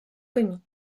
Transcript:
commis